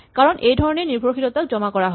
কাৰণ এই ধৰণেই নিৰ্ভৰশীলতাক জমা কৰা হয়